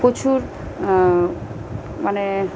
প্রচুর মানে